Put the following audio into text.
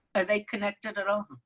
are they connected at all.